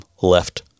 left